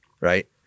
right